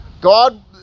God